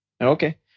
Okay